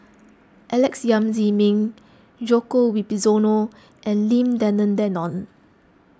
Alex Yam Ziming Djoko Wibisono and Lim Denan Denon